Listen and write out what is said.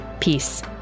Peace